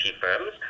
firms